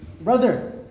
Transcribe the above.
brother